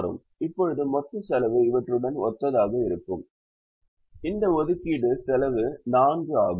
இப்போது மொத்த செலவு இவற்றுடன் ஒத்ததாக இருக்கும் இந்த ஒதுக்கீடுக்கு செலவு நான்கு ஆகும்